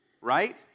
right